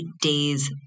Days